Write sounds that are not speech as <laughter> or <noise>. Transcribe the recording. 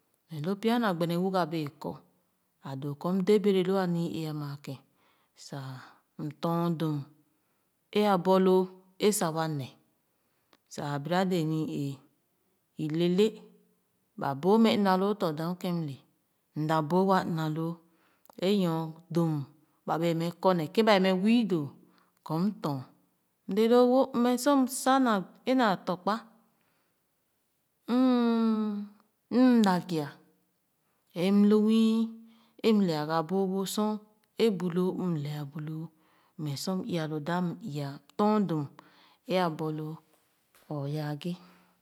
Ne loo pya na gbene wuga bee kɔ a doo kɔ m dē bere loo alii eeh a ma ke’n saa m tɔn dum ē a borloo ē sa wa ne sa bira dee ni-ee ilele ba boo mɛ ina loo tɔ̄ dam ken mle m daa boo wa ina loo ee nyor dum ba wɛɛ mɛ kɔne kēn ba bee mɛ wii doo kɔ m tɔn m lele-wo mmɛ sor m sa naa tɔ̄ kpa mm <hesitation> m lagia ē m lu muü ē m leega boo boo sor e bu loo m lee bu loo mmɛ sor m iya lo dam m iya m tɔn m tɔn dum ē aborloo oyaa nhe.